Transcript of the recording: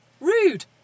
Rude